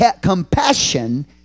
compassion